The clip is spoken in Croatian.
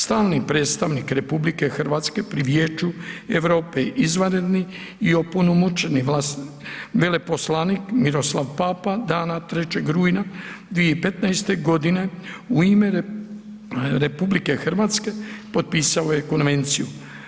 Stalni predstavnik RH prije Vijeću Europe izvanredni i opunomoćeni veleposlanik Miroslav Papa, dana 3. rujna 2015. g. u ime RH potpisao je konvenciju.